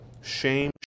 shame